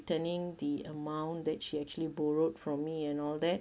returning the amount that she actually borrowed from me and all that